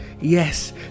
Yes